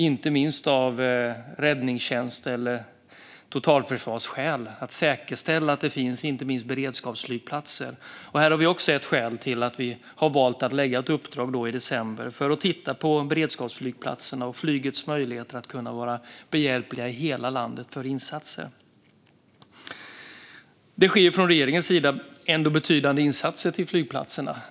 Inte minst av räddningstjänst eller totalförsvarsskäl är det viktigt att säkerställa att det finns beredskapsflygplatser. Det var också ett skäl till att vi i december valde att lägga ett uppdrag om beredskapsflygplatserna och flygets möjligheter att vara behjälpligt för insatser i hela landet. Regeringen gör betydande insatser för flygplatserna.